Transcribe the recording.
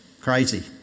Crazy